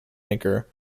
maker